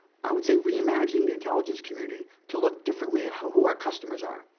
i would say reimagining the intelligence community to look differently at how who our customers are.